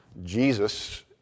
Jesus